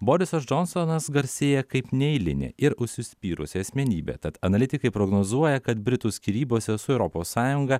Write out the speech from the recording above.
borisas džonsonas garsėja kaip neeilinė ir užsispyrusi asmenybė tad analitikai prognozuoja kad britų skyrybose su europos sąjunga